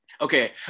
Okay